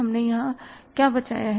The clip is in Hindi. हमने यहां क्या बचाया है